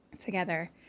together